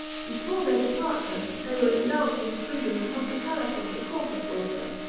before their departure, they were indulged in the freedom and hospitality of the court of boursa.